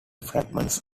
fragments